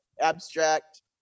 abstract